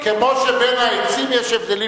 כמו שבין העצים יש הבדלים,